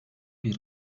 bir